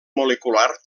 molecular